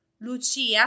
Lucia